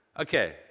Okay